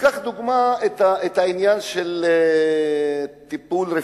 ניקח לדוגמה את העניין של טיפולי שיניים,